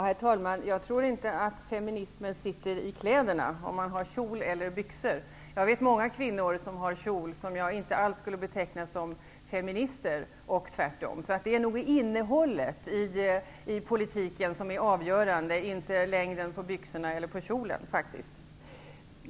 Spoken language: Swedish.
Herr talman! Jag tror inte att feminismen sitter i kläderna, att den är beroende av om man har kjol eller byxor. Jag vet många kvinnor som har kjol som jag inte alls skulle beteckna som feminister och tvärtom. Innehållet i politiken är avgörande, inte längden på byxorna eller på kjolen.